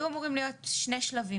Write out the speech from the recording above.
היו אמורים להיות שני שלבים,